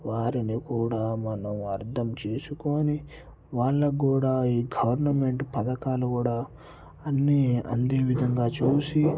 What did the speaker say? వారిని కూడా మనం అర్థం చేసుకొని వాళ్ళకి కూడా ఈ గవర్నమెంట్ పథకాలు కూడా అన్ని అందే విధంగా చూసి